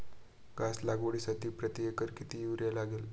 घास लागवडीसाठी प्रति एकर किती युरिया लागेल?